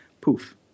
poof